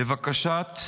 לבקשת,